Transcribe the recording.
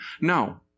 No